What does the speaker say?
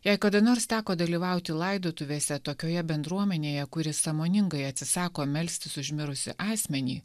jei kada nors teko dalyvauti laidotuvėse tokioje bendruomenėje kuri sąmoningai atsisako melstis už mirusį asmenį